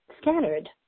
scattered